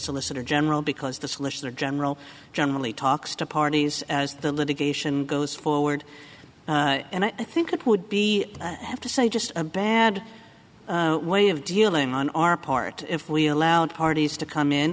solicitor general because the solicitor general generally talks to parties as the litigation goes forward and i think it would be have to say just a bad way of dealing on our part if we allowed parties to come in